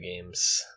games